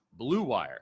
BlueWire